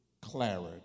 clarity